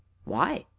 why?